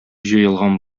җыелган